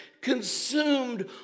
consumed